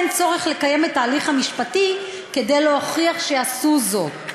אין צורך לקיים את ההליך המשפטי כדי להוכיח שהם עשו זאת,